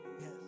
yes